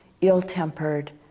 ill-tempered